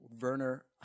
Werner